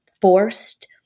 forced